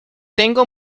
tengo